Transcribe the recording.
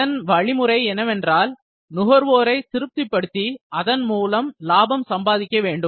இதன் வழிமுறை என்னவென்றால் நுகர்வோரை திருப்திப்படுத்தி அதன்மூலம் லாபம் சம்பாதிக்க வேண்டும்